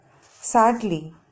sadly